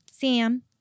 Sam